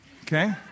Okay